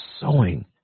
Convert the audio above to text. sewing